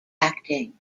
acting